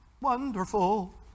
Wonderful